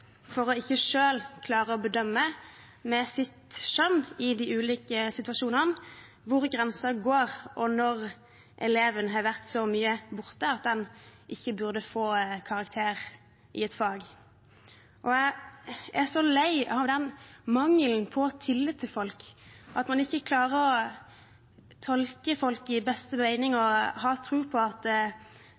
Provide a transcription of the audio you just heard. for ikke selv å klare å bedømme – med sitt skjønn – i ulike situasjoner hvor grensen går for når elever har vært så mye borte at de ikke burde få karakter i et fag. Jeg er så lei av den mangelen på tillit til folk, at man ikke klarer å tolke folk i beste mening og ha tro på at